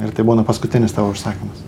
ir tai būna paskutinis tavo užsakymas